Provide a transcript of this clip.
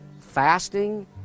fasting